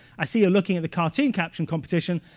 i see you're looking at the cartoon caption competition.